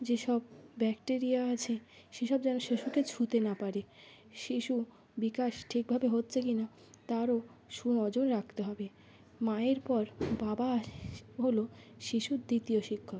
যেসব ব্যাকটেরিয়া আছে সেসব যেন শিশুকে ছুঁতে না পারে শিশু বিকাশ ঠিকভাবে হচ্ছে কি নাা তারও সুুনজর রাখতে হবে মায়ের পর বাবা হলো শিশুর দ্বিতীয় শিক্ষক